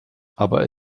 aber